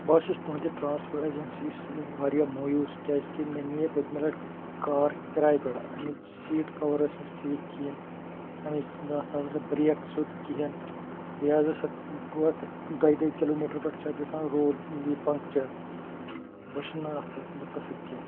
بہٕ حظ چھُس تُہٕنٛدِ ٹرٛانسپوٹ ایجَنسی سۭتۍ واریاہ مویوٗس کیٛازِکہِ مےٚ نِیے پٔتۍ مہِ لَٹہِ کار کِراے پٮ۪ٹھ اَمِچ سیٖٹ کَوَر ٲسۍ نہٕ ٹھیٖک کِہیٖنۍ اَمِچ اَتھ نہٕ حظ أسۍ سۄ برٛیک سیوٚد کِہیٖنۍ بیٚیہِ حظ اوس اَتھ گوٚو اَتھ دۄیہِ دۄیہِ کِلوٗمیٖٹَر پٮ۪ٹھ چھِ اَتھ گژھان روڈ یہِ پنٛکچَر بہٕ چھُس نہٕ اَتھ سۭتۍ مُتفق کینٛہہ